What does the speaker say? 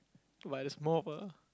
but it's more of a